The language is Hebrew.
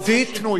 יש שינוי.